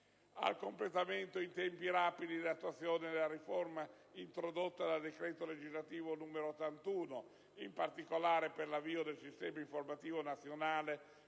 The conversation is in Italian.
del completamento, in tempi rapidi, dell'attuazione della riforma introdotta dal citato decreto legislativo n. 81, in particolare per l'avvio del Sistema informativo nazionale